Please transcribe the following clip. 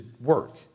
work